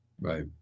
Right